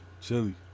Chili